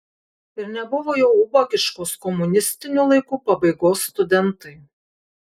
ir nebuvo jau ubagiškos komunistinių laikų pabaigos studentai